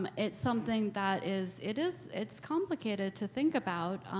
um it's something that is, it is, it's complicated to think about,